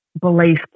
belief